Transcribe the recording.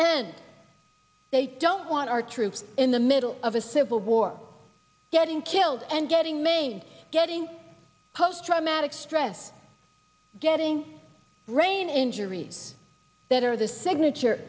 end they don't want our troops in the middle of a civil war getting killed and getting made getting post traumatic stress getting brain injuries that are the signature